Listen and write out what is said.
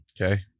Okay